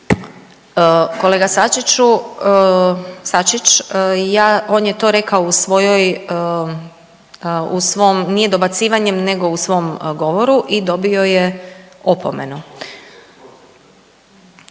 Sačiću, Sačić ja, on je to rekao u svojoj, u svom nije dobacivanjem nego u svom govoru i dobio je opomenu.